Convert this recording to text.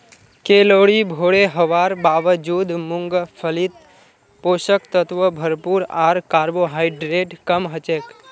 calorie भोरे हवार बावजूद मूंगफलीत पोषक तत्व भरपूर आर कार्बोहाइड्रेट कम हछेक